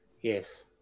Yes